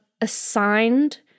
assigned